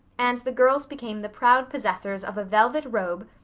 and the girls became the proud possessors of a velvet robe,